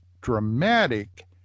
dramatic